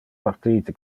partite